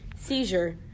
seizure